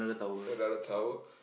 another tower